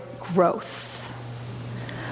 growth